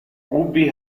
ubi